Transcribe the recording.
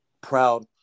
proud